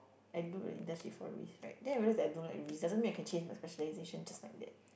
I do a industry for risk right then I realised I don't like risk doesn't mean I can change my specialisation just like that